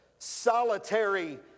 solitary